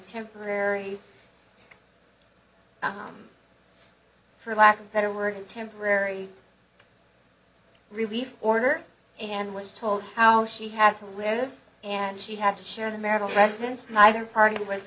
temporary for lack of a better word and temporary relief order and was told how she had to live and she had to share the american presidents neither party was